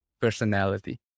personality